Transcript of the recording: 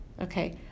Okay